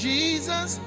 Jesus